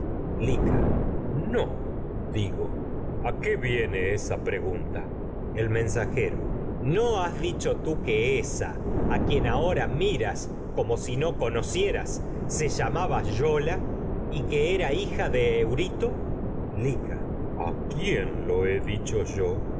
no digo a qué viene pregunta a mensajero miras como no has dicho tú que ésa no quien y si conocieras se llamaba yola que era hija de eurito lica a quién a lo he dicho yo